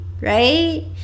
right